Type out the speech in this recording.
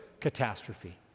catastrophe